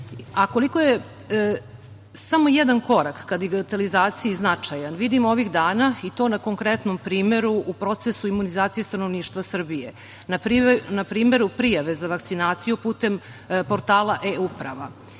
Koliko je samo jedan korak ka digitalizaciji značajan vidimo ovih dana, i to na konkretnom primeru, u procesu imunizacije stanovništva Srbije, na primeru prijave za vakcinaciju putem portala e-uprava. Prijava